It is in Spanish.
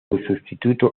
sustituto